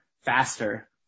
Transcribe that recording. faster